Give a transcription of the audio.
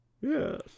Yes